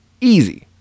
Easy